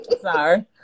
sorry